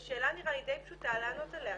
זה שאלה נראה לי די פשוטה לענות עליה.